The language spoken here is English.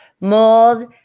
mold